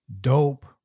dope